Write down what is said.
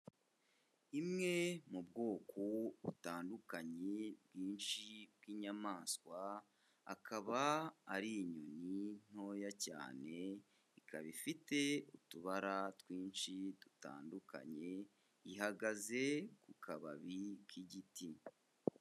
Imwe mu bwoko butandukanye bwinshi bw'inyamaswa, akaba ari inyoni ntoya cyane ikaba ifite utubara twinshi dutandukanye, ihagaze ku kababi k'igiti.